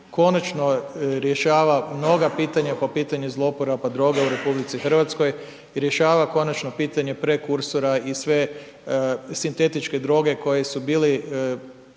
konačno rješava mnoga pitanja, po pitanju zlouporaba droga u RH, rješava konačno pitanje prekosutra i sve sintetičke droge, koje su bili